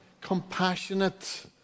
compassionate